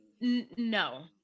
no